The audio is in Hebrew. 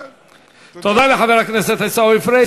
תודה לחבר הכנסת עיסאווי פריג'.